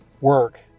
work